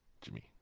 Jimmy